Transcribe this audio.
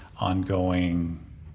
ongoing